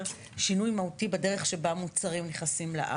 שינוי מהותי בדרך שבה מוצרים נכנסים לארץ.